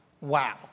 wow